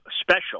Special